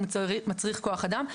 הוא מצריך כוח-אדם.